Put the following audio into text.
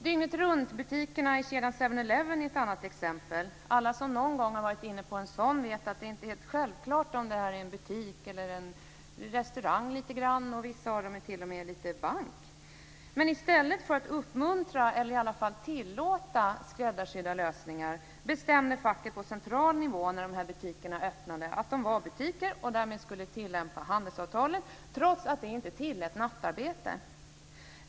Dygnetruntbutikerna i kedjan 7-Eleven är ett annat exempel. Alla som någon gång varit inne i en sådan vet att det inte är helt självklart om det är en butik, en restaurang eller i vissa fall t.o.m. en bank. I stället för att uppmuntra, eller i varje fall tillåta, skräddarsydda lösningar bestämde facket på central nivå, när de här butikerna öppnade, att de var butiker och därmed skulle tillämpa handelsavtalet trots att det inte tillät nattarbete.